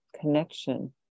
connection